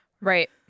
Right